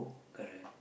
correct